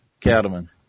Cattlemen